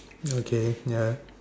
okay ya